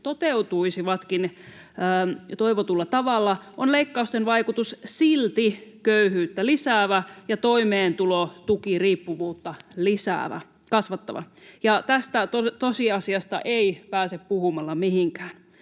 toteutuisivatkin, ja toivotulla tavalla, on leikkausten vaikutus silti köyhyyttä lisäävä ja toimeentulotukiriippuvuutta kasvattava, ja tästä tosiasiasta ei pääse puhumalla mihinkään.